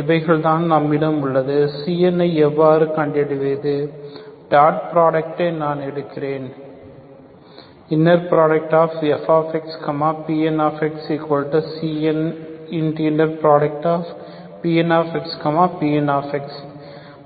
இவைகள்தான் நம்மிடம் உள்ளது Cn ஐ எவ்வாறு கண்டறிவது டாட் ப்ராடக்டை நான் எடுக்கிறேன் fxPnxCnPnxPn